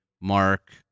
mark